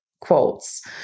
quotes